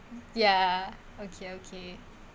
ya okay okay